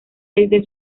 desde